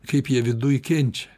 kaip jie viduj kenčia